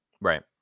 Right